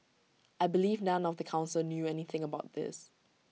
I believe none of the Council knew anything about this